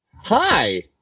Hi